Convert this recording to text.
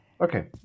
Okay